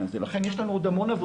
לכן יש לנו עוד עבודה,